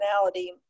personality